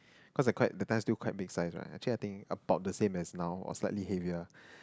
cause I quite the time still quite big size right actually I think about the same of now or slightly heavier